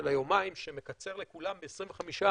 של היומיים, שמקצר לכולם ב-25%,